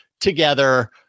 together